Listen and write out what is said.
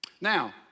Now